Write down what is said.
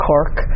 Cork